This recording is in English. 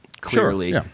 clearly